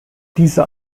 dieser